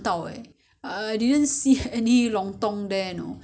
eat lontong then uh the next time I go uh I check